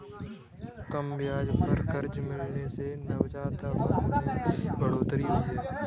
कम ब्याज पर कर्ज मिलने से नवजात उधमिता में बढ़ोतरी हुई है